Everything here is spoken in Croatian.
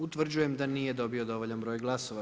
Utvrđujem da nije dobio dovoljan broj glasova.